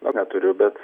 na neturiu bet